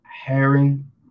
Herring